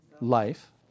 life